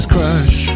crush